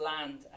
land